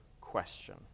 question